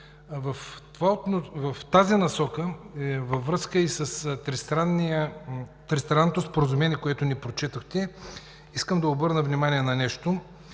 В тази насока и във връзка с тристранното споразумение, което ни прочетохте, искам да обърна внимание на нещо